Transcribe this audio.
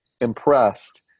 impressed